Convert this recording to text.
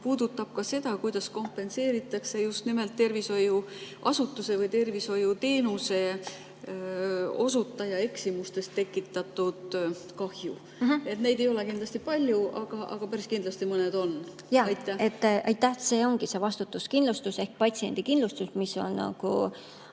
puudutab ka seda, kuidas kompenseeritakse just nimelt tervishoiuasutuse või tervishoiuteenuse osutaja eksimustest tekitatud kahju. Neid ei ole kindlasti palju, aga päris kindlasti mõned on. Aitäh! See ongi see vastutuskindlustus ehk patsiendikindlustus, mis on